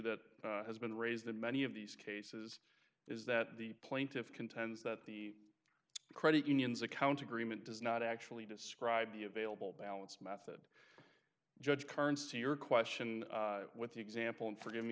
that has been raised in many of these cases is that the plaintiffs contends that the credit unions account agreement does not actually describe the available balance method judge currency or question with the example and forgive me